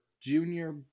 junior